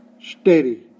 steady